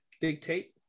dictate